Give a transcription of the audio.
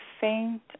faint